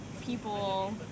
people